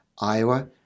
Iowa